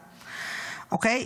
אוקיי?